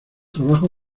trabajo